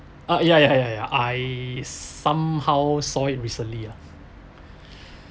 ah ya ya ya I somehow saw it recently ya